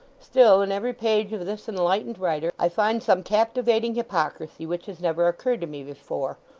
still, in every page of this enlightened writer, i find some captivating hypocrisy which has never occurred to me before,